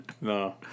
No